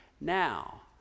now